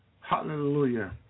Hallelujah